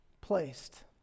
placed